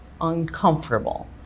uncomfortable